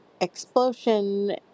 explosion